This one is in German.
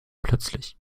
plötzlich